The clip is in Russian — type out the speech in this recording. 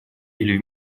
или